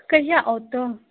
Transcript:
कहिआ आउ तऽ